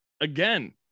again